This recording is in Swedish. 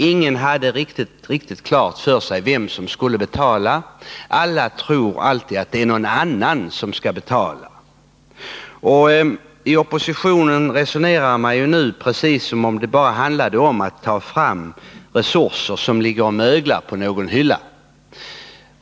Ingen hade riktigt klart för sig vem som skulle betala — alla tror alltid att det är någon annan som skall betala. Oppositionen resonerar nu precis som om det bara handlade om att ta fram resurser som ligger och möglar på någon hylla.